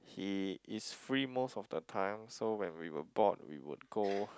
he is free most of the time so when we were bored we will go